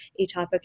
atopic